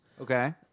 Okay